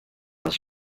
was